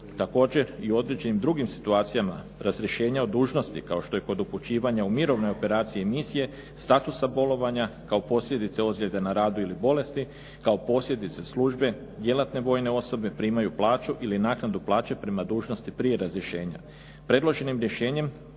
Također, i u određenim drugim situacijama, razrješenja od dužnosti kao što je kod upućivanja u mirovnoj operaciji misije, statusa bolovanja kao posljedice ozljede na radu ili bolesti, kao posljedice službe, djelatne vojne osobe primaju plaću ili naknadu plaće prema dužnosti prije razrješenja. Predloženim rješenjem,